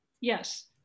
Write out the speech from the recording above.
Yes